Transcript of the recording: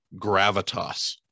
gravitas